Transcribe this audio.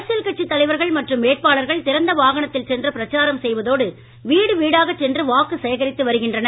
அரசியல் கட்சித் தலைவர்கள் மற்றும் வேட்பாளர்கள் திறந்த வாகனத்தில் சென்று பிரச்சாரம் செய்வதோடு வீடு வீடாகச் சென்று வாக்கு சேகரித்து வருகின்றனர்